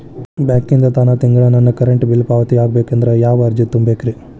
ಬ್ಯಾಂಕಿಂದ ತಾನ ತಿಂಗಳಾ ನನ್ನ ಕರೆಂಟ್ ಬಿಲ್ ಪಾವತಿ ಆಗ್ಬೇಕಂದ್ರ ಯಾವ ಅರ್ಜಿ ತುಂಬೇಕ್ರಿ?